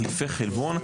על תחליפי חלבון.